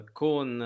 con